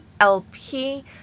LP